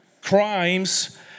crimes